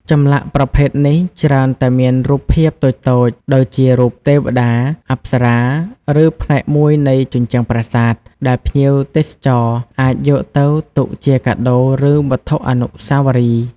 ចម្លាក់ប្រភេទនេះច្រើនតែមានរូបភាពតូចៗដូចជារូបទេវតា អប្សរា ឬផ្នែកមួយនៃជញ្ជាំងប្រាសាទ ដែលភ្ញៀវទេសចរណ៍អាចយកទៅទុកជាកាដូ ឬវត្ថុអនុស្សាវរីយ៍។